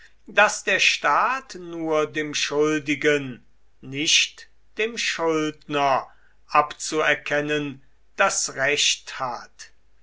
das der staat nur dem schuldigen nicht dem schuldner abzuerkennen das recht hat